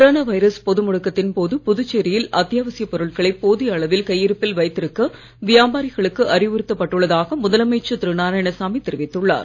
corona virus பொது முடக்கத்தின் போது புதுச்சேரியில் அத்தியாவசியப் பொருட்களை போதிய அளவில் கையிருப்பில் வைத்திருக்க வியாபாரிகளுக்கு அறிவுறுத்தப் பட்டுள்ளதாக முதலமைச்சர் திரு நாராயணசாமி தெரிவித்துள்ளார்